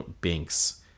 Binks